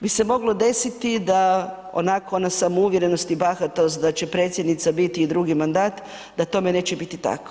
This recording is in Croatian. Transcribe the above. bi se moglo desiti da onako ona samouvjerenost i bahatost da će predsjednica biti drugi mandat da tome neće biti tako.